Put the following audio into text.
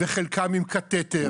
וחלקם עם קטטר,